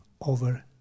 over